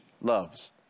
loves